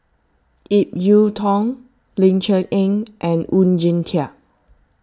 Ip Yiu Tung Ling Cher Eng and Oon Jin Teik